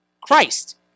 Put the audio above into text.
Christ